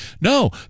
no